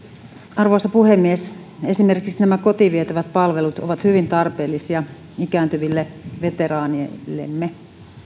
arvoisa puhemies esimerkiksi nämä kotiin vietävät palvelut ovat hyvin tarpeellisia ikääntyville veteraaneillemme